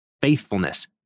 faithfulness